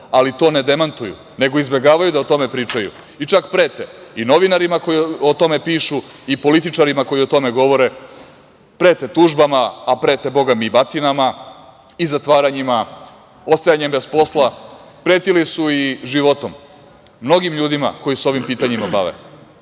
ali to ne demantuju, nego izbegavaju da o tome pričaju i čak prete i novinarima koji o tome pišu i političarima koji o tome govore. Prete tužbama, a prete bogami i batinama, i zatvaranjima, ostajanjima bez posla, pretili su i životom mnogim ljudima koji se ovim pitanjima bave,